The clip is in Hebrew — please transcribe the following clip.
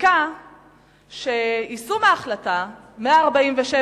מסיקה שיישום ההחלטה 147,